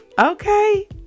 okay